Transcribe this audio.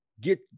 get